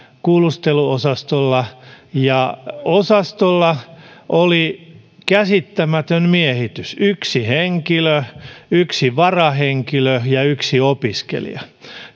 kuulusteluosastolla ja osastolla oli käsittämätön miehitys yksi henkilö yksi varahenkilö ja yksi opiskelija